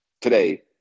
today